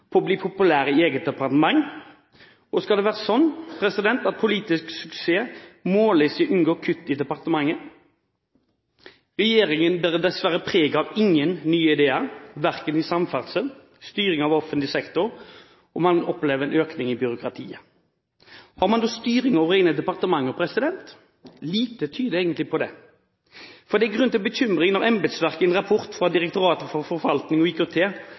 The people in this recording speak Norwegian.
på å bli populære i eget departement. Skal det være slik at politisk suksess måles i å unngå kutt i sitt departement? Regjeringen bærer dessverre preg av ingen nye ideer, verken i samferdsel eller styring av offentlig sektor, og man opplever økning i byråkratiet. Har man da styring over egne departementer? Lite tyder på det. Det er grunn til bekymring når embetsverket i en rapport fra Direktoratet for forvaltning og IKT